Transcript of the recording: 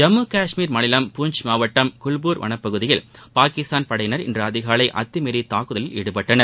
ஜம்மு கஷ்மீர் மாநிலம் பூன்ச் மாவட்டம் குவ்பூர் வனப்பகுதியில் பாகிஸ்தான் படையினர் இன்று அதிகாலை அத்துமீறி தாக்குதலில் ஈடுபட்டனர்